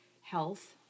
health